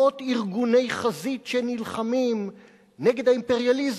מאות ארגוני חזית שנלחמו נגד האימפריאליזם,